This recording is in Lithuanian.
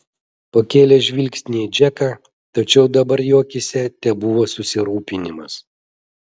pakėlė žvilgsnį į džeką tačiau dabar jo akyse tebuvo susirūpinimas